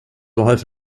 wife